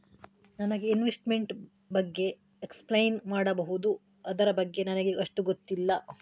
ನನಗೆ ಇನ್ವೆಸ್ಟ್ಮೆಂಟ್ ಬಗ್ಗೆ ಎಕ್ಸ್ಪ್ಲೈನ್ ಮಾಡಬಹುದು, ಅದರ ಬಗ್ಗೆ ನನಗೆ ಅಷ್ಟು ಗೊತ್ತಿಲ್ಲ?